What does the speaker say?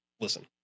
listen